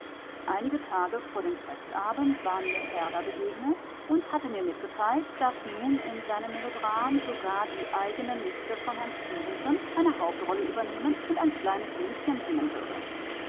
einige tage vor dem festabend war mir herder begegnet und hatte mir mitgeteilt daß nun in seinem melodram sogar die eigene nichte von herrn stefenson eine hauptrolle übernehmen und ein kleines liedchen singen würde